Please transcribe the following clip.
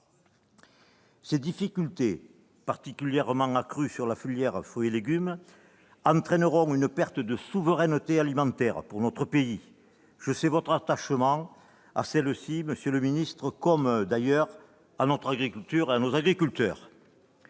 Ces difficultés, particulièrement accrues pour la filière fruits et légumes, entraîneront une perte de souveraineté alimentaire pour notre pays. Or je sais votre attachement à celle-ci, monsieur le ministre, comme d'ailleurs à notre agriculture et à nos agriculteurs.